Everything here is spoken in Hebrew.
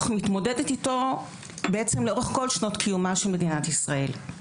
מתמודדת איתו לאורך כל שנות קיומה של מדינת ישראל.